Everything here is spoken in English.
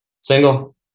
Single